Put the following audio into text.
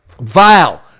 vile